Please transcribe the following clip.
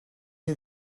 who